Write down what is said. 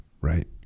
right